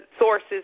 sources